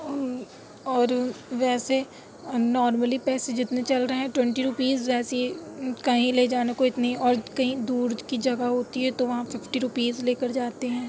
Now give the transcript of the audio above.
اور ویسے نارملی پیسے جتنے چل رہے ہیں ٹونٹی روپیز ویسے کہیں لے جانے کو اتنی اور کہیں دور کی جگہ ہوتی ہے تو وہاں ففٹی روپیز لے کر جاتے ہیں